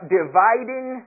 dividing